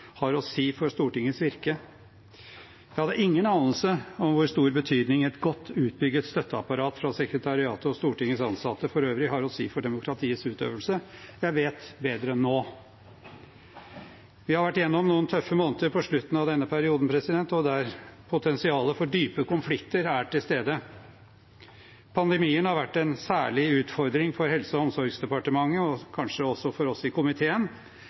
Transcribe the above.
har å si for Stortingets virke. Jeg hadde ingen anelse om hvor stor betydning et godt utbygget støtteapparat fra sekretariatet og Stortingets ansatte for øvrig har å si for demokratiets utøvelse. Jeg vet bedre nå. Vi har vært igjennom noen tøffe måneder på slutten av denne perioden, og der potensialet for dype konflikter er til stede. Pandemien har vært en særlig utfordring for Helse- og omsorgsdepartementet og kanskje også for oss i komiteen.